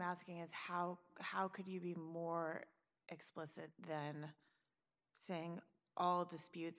asking is how how could you be more explicit than saying all disputes